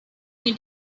new